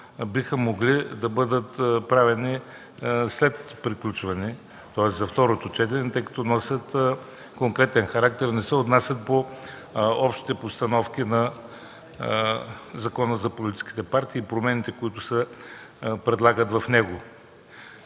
биха могли да бъдат внесени на второто четене, тъй като носят конкретен характер и не се отнасят до общите постановки на Закона за политическите партии и промените, които се предлагат в него.